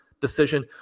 decision